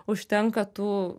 užtenka tų